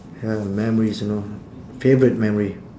ya memories you know favourite memory